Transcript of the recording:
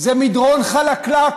זה מדרון חלקלק,